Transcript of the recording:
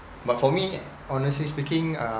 but for me honestly speaking uh